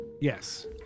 Yes